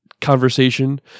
conversation